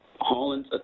Holland